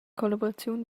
collaboraziun